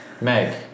Meg